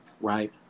right